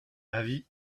avis